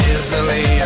Easily